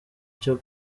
cyo